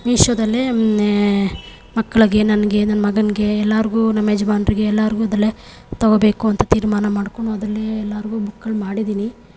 ಮೀಶೋದಲ್ಲೇ ಮಕ್ಳಿಗೆ ನನಗೆ ನನ್ನ ಮಗನಿಗೆ ಎಲ್ಲರಿಗೂ ನಮ್ಮ ಯಜಮಾನ್ರಿಗೆ ಎಲ್ಲರಿಗೂ ಅದರಲ್ಲೇ ತಗೊಳ್ಬೇಕು ಅಂತ ತೀರ್ಮಾನ ಮಾಡ್ಕೊಂಡು ಅದರಲ್ಲೇ ಎಲ್ಲರಿಗೂ ಬುಕ್ಗಳು ಮಾಡಿದ್ದೀನಿ